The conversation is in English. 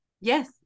Yes